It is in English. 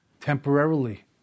temporarily